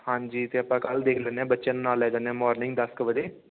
ਹਾਂਜੀ ਅਤੇ ਆਪਾਂ ਕੱਲ੍ਹ ਦੇਖ ਲੈਂਦੇ ਹਾਂ ਬੱਚਿਆਂ ਨੂੰ ਨਾਲ ਲੈ ਜਾਂਦੇ ਹਾਂ ਮੋਰਨਿੰਗ ਦਸ ਕੁ ਵਜੇ